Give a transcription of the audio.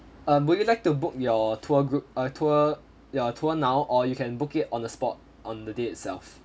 uh would you like to book your tour group err tour your tour now or you can book it on the spot on the day itself